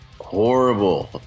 horrible